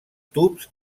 tubs